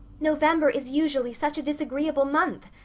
november is usually such a disagreeable month.